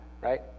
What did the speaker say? right